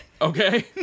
Okay